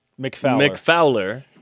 McFowler